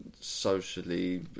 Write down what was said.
socially